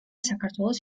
საქართველოს